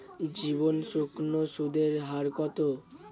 জীবন সুকন্যা সুদের হার কত?